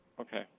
Okay